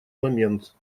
момент